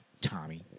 Tommy